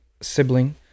sibling